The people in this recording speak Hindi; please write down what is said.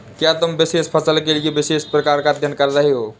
क्या तुम विशेष फसल के विशेष प्रकार का अध्ययन कर रहे हो?